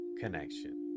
connection